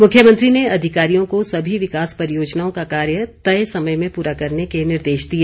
मुख्यमंत्री ने अधिकारियों को सभी विकास परियोजनाओं का कार्य तय समय में पूरा करने के निर्देश दिए